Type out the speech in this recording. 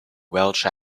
welsh